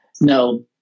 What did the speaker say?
no